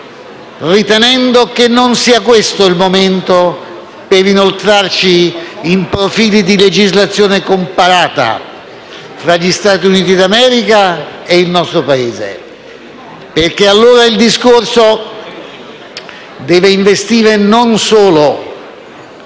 ritenendo che non sia questo il momento per inoltrarci in profili di legislazione comparata tra gli Stati Uniti d'America e il nostro Paese, perché allora il discorso deve investire non solo